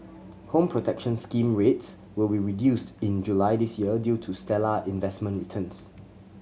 Home Protection Scheme rates will be reduced in July this year due to stellar investment returns